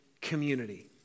community